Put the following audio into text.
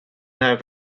have